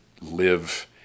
live